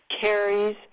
carries